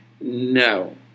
No